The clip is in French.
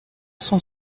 cent